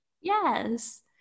Yes